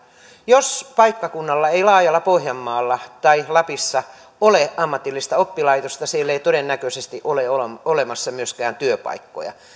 jos paikkakunnalla ei laajalla pohjanmaalla tai lapissa ole ammatillista oppilaitosta siellä ei todennäköisesti ole olemassa myöskään työpaikkoja